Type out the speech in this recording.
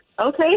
Okay